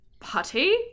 putty